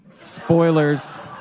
spoilers